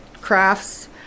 crafts